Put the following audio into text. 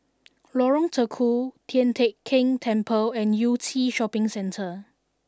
Lorong Tukol Tian Teck Keng Temple and Yew Tee Shopping Centre